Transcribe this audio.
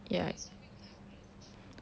ya